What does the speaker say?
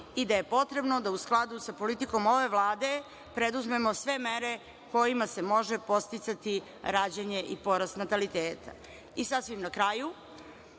i da je potrebno da u skladu sa politikom ove Vlade preduzmemo sve mere kojima se može podsticati rađanje i porast nataliteta. Sasvim na kraju,